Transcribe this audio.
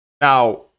Now